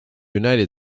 united